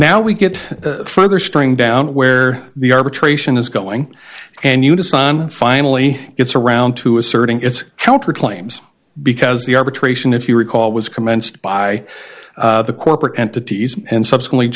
now we get further string down where the arbitration is going and you decide on finally it's around to asserting its counterclaims because the arbitration if you recall was commenced by the corporate entities and subsequently